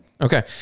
Okay